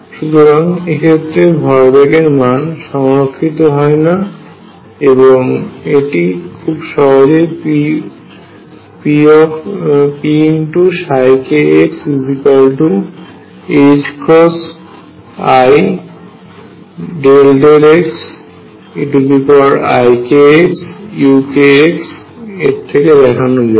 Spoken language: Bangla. সুতরাং এক্ষেত্রে ভরবেগের মান সংরক্ষিত হয় না এটি খুব সহজেই pkxi∂xeikxuk থেকে দেখানো যায়